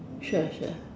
sure sure